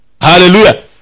Hallelujah